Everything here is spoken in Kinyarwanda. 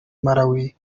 malawi